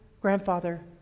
grandfather